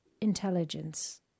intelligence